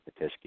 Patiski